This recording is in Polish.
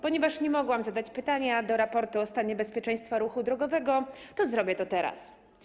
Ponieważ nie mogłam zadać pytania odnośnie do raportu o stanie bezpieczeństwa ruchu drogowego, zrobię to teraz.